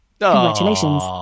Congratulations